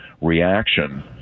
reaction